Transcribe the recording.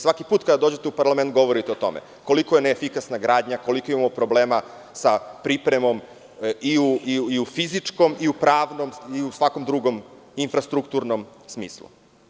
Svaki put kada dođete u parlament govorite o tome koliko je neefikasna gradnja, koliko imamo problema sa pripremom i u fizičkom i u pravnom i u svakom drugom, infrastrukturnom smislu.